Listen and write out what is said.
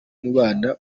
mubana